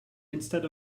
instead